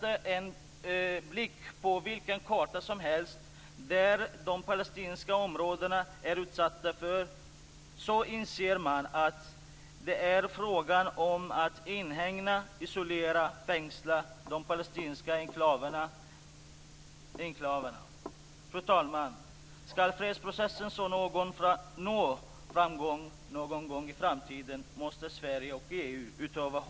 Ett sådant synsätt hindrar en långsiktig och stabil utveckling på detta område. Jag vill återknyta till vad jag anförde inledningsvis: Vad hände vid gränsen till Tibet? Jo, en 15-åring förvägrades rätten till frihet, rätten till religionsfrihet, rätten till utbildning och rätten till liv. Vittnen till händelsen förvägrades rätten att yttra sig i fria medier. Fru talman!